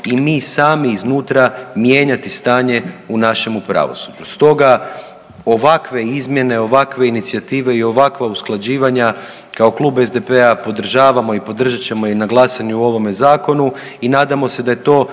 i mi sami iznutra mijenjati stanje u našemu pravosuđu. Stoga ovakve izmjene, ovakve inicijative i ovakva usklađivanja, kao Klub SDP-a podržavamo i podržat ćemo i na glasanju o ovome Zakonu i nadamo se da je to